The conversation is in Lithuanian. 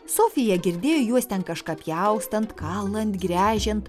sofija girdėjo juos ten kažką pjaustant kalant gręžiant